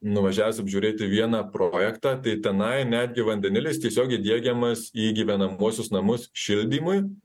nuvažiavęs apžiūrėti vieną projektą tai tenai netgi vandenilis tiesiogiai diegiamas į gyvenamuosius namus šildymui